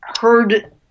heard –